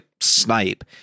snipe